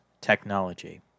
technology